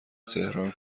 تهران